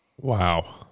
Wow